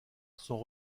sont